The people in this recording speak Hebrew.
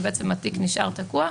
ובעצם התיק נשאר תקוע.